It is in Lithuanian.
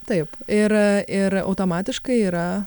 taip ir ir automatiškai yra